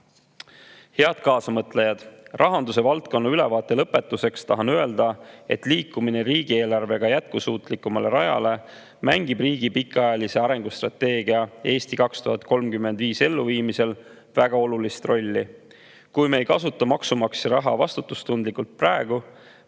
Head kaasamõtlejad! Rahanduse valdkonna ülevaate lõpetuseks tahan öelda, et riigieelarvega jätkusuutlikumale rajale liikumine mängib riigi pikaajalise arengustrateegia "Eesti 2035" elluviimisel väga olulist rolli. Kui me ei kasuta praegu maksumaksja raha vastutustundlikult,